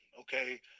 okay